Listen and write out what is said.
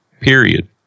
period